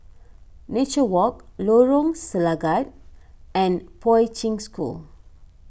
Nature Walk Lorong Selangat and Poi Ching School